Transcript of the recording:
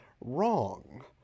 wrong